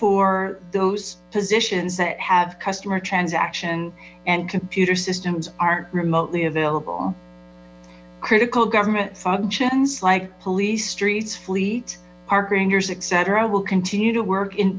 for those positions that have customer transaction and computer systems aren't remotely available critical government functions like police streets fleet park rangers etc will continue to work in